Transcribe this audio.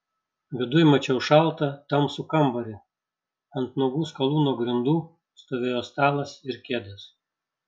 viduj mačiau šaltą tamsų kambarį ant nuogų skalūno grindų stovėjo stalas ir kėdės